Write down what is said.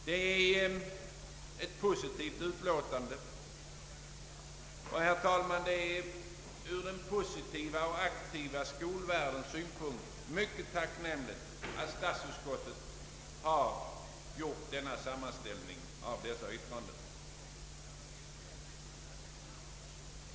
Det är ett positivt utlåtande, och det är, herr talman, från den positiva och aktiva skolvärldens synpunkt mycket tacknämligt att statsutskottet har gjort denna sammanställning av yttranden.